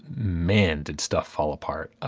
man did stuff fall apart. ah